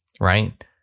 right